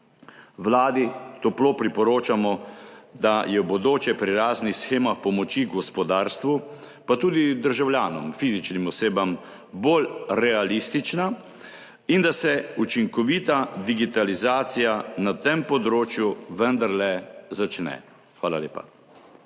Vladi toplo priporočamo, da je v bodoče pri raznih shemah pomoči gospodarstvu, pa tudi državljanom, fizičnim osebam, bolj realistična in da se vendarle začne učinkovita digitalizacija na tem področju. Hvala lepa.